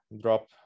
drop